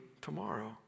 tomorrow